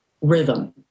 rhythm